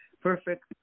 perfect